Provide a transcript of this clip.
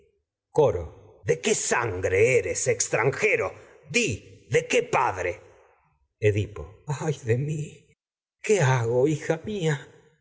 coro de qué sangre eres extranjero di de qué padre edipo ay de mí qué hago hija mía